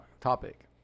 topic